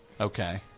Okay